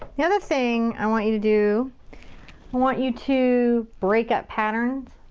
the other thing i want you to do want you to break up patterns.